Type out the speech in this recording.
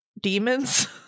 demons